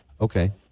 Okay